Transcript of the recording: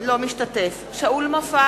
אינו משתתף בהצבעה שאול מופז,